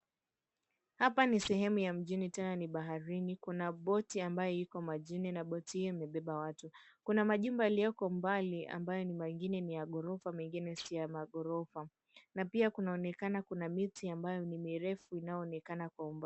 Hapa ni sehemu ya mjini tena ni baharini, kuna boti na boti hio iko majini na imebeba watu, kuna majumba yaliyoko mbali ambayo mengine ni ya maghorofa na mengine si ya maghorofa na pia kuna miti ambayo yanaonekana ni mirefu yanayoonekana kwa umbali.